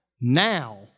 now